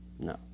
No